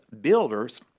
Builders